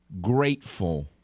grateful